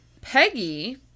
Peggy